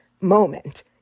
moment